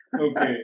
Okay